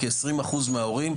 כ-20 אחוז מההורים,